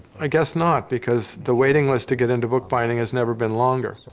i guess not, because the waiting list to get into bookbinding has never been longer.